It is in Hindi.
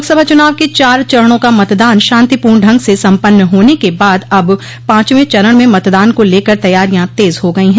लोकसभा चुनाव के चार चरणों का मतदान शांतिपूर्ण ढंग से सम्पन्न होने के बाद अब पांचवें चरण में मतदान को लेकर तैयारियां तेज हो गई है